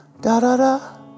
da-da-da